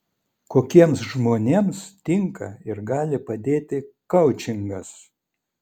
kokiems žmonėms tinka ir gali padėti koučingas